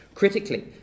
Critically